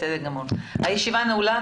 תודה רבה, הישיבה נעולה.